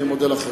אני מודה לכם.